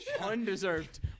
undeserved